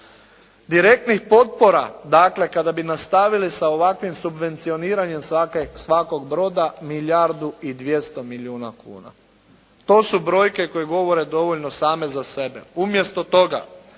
Direktnih potpora dakle kada bi nastavili sa ovakvim subvencioniranjem svakog broda milijardu i 200 milijuna kuna. To su brojke koje govore dovoljno same za sebe.